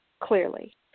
clearly